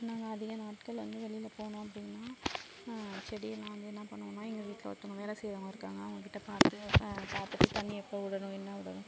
நாங்கள் அதிக நாட்கள் வந்து வெளியில போனோம் அப்படீன்னா செடி எல்லாம் வந்து என்ன பண்ணுவோன்னா எங்கள் வீட்டில் ஒருத்தவங்க வேலை செய்றவங்க இருக்காங்க அவங்ககிட்ட பார்த்து பார்த்துட்டு தண்ணி எப்பவிடனும் என்ன விடனும்